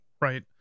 right